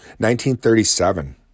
1937